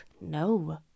no